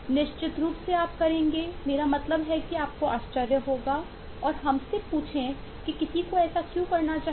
निश्चित रूप से आप करेंगे मेरा मतलब है कि आपको आश्चर्य होगा और हमसे पूछें कि किसी को ऐसा क्यों करना चाहिए